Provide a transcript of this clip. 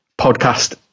Podcast